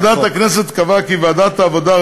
ועדת הכנסת קבעה כי ועדת העבודה,